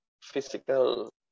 physical